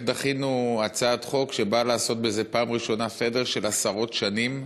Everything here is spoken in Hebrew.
דחינו הצעת חוק שבאה לעשות בזה סדר של עשרות שנים,